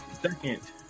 second